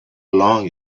long